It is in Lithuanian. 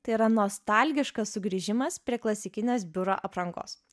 tai yra nostalgiškas sugrįžimas prie klasikinės biuro aprangos